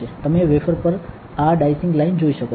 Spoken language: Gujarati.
તમે વેફર પર આ ડાઇસીંગ લાઇન જોઈ શકો છો